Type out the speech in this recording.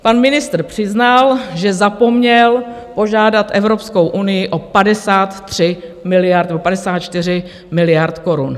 Pan ministr přiznal, že zapomněl požádat Evropskou unii o 53 miliard nebo 54 miliard korun.